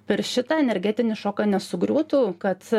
per šitą energetinį šoką nesugriūtų kad